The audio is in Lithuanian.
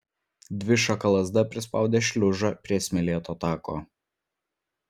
dvišaka lazda prispaudė šliužą prie smėlėto tako